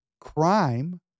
crime